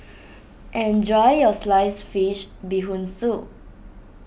enjoy your Sliced Fish Bee Hoon Soup